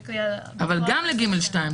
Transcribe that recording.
לפי העניין,